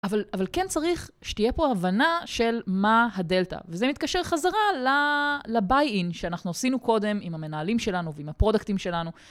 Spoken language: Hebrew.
אבל כן צריך שתהיה פה הבנה של מה הדלתה. וזה מתקשר חזרה לבאיי אין שאנחנו עשינו קודם עם המנהלים שלנו ועם הפרודקטים שלנו.